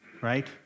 right